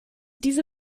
diese